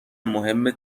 مهم